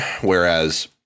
Whereas